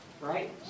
Right